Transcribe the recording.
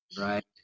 right